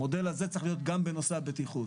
המודל הזה צריך להיות גם בנושא הבטיחות.